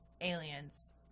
aliens